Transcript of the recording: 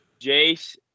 Jace